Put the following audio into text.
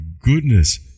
goodness